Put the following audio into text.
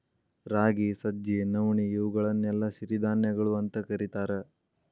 ರಾಗಿ, ಸಜ್ಜಿ, ನವಣಿ, ಇವುಗಳನ್ನೆಲ್ಲ ಸಿರಿಧಾನ್ಯಗಳು ಅಂತ ಕರೇತಾರ